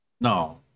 no